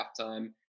halftime